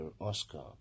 Oscar